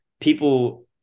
people